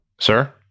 sir